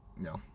no